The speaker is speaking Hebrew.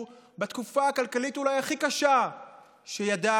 בתקופה הכלכלית אולי הכי קשה שידענו,